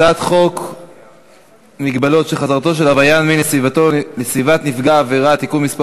הצעת חוק מגבלות על חזרתו של עבריין מין לסביבת נפגע העבירה (תיקון מס'